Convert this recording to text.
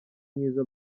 mwiza